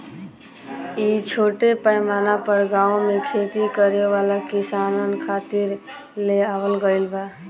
इ छोट पैमाना पर गाँव में खेती करे वाला किसानन खातिर ले आवल गईल बा